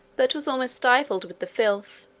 but was almost stifled with the filth,